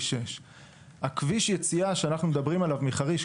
6. כביש היציאה שאנחנו מדברים עליו מחריש,